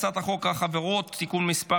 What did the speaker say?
אני קובע כי הצעת חוק בתי המשפט (תיקון מס'